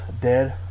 Dead